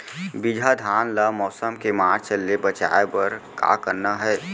बिजहा धान ला मौसम के मार्च ले बचाए बर का करना है?